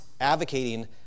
advocating